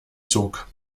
zog